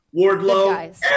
Wardlow